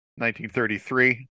1933